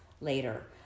later